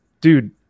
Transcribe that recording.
dude